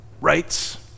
rights